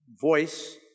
voice